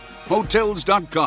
Hotels.com